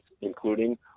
including